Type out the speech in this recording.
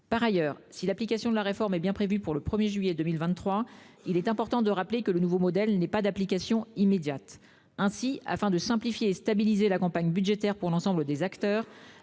Par ailleurs, si l'application de la réforme est bien prévue pour le 1 juillet 2023, il est important de rappeler que le nouveau modèle n'est pas d'application immédiate. Ainsi, afin de simplifier et de stabiliser la campagne budgétaire pour l'ensemble des acteurs,